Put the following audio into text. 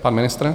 Pan ministr?